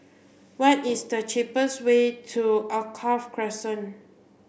what is the cheapest way to Alkaff Crescent